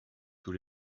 tous